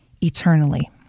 eternally